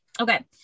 Okay